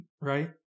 right